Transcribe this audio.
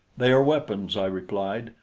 they are weapons, i replied,